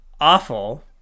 awful